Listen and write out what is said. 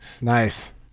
Nice